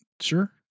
Sure